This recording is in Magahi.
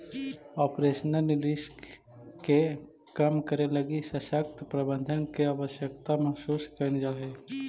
ऑपरेशनल रिस्क के कम करे लगी सशक्त प्रबंधन के आवश्यकता महसूस कैल जा हई